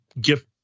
gift